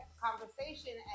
conversation